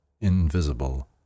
invisible